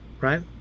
Right